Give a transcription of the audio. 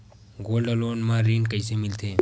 Gold loan म ऋण कइसे मिलथे?